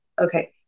Okay